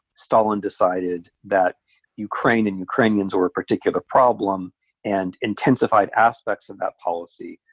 stalin decided that ukraine and ukrainians were a particular problem and intensified aspects of that policy,